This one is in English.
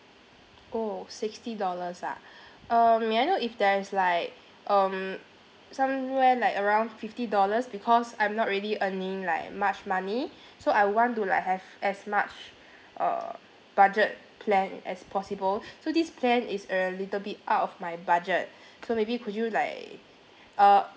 oh sixty dollars ah um may I know if there's like um somewhere like around fifty dollars because I'm not really earning like much money so I want to like have as much uh budget plan as possible so this plan is a little bit out of my budget so maybe could you like uh